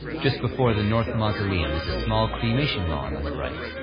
just before the north mausoleum is a small cremation lawn on the right.